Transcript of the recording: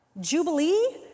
Jubilee